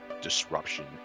disruption